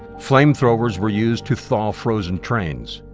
flamethrowers were used to thaw frozen trains.